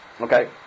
Okay